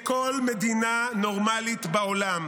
בכל מדינה נורמלית בעולם,